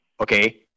okay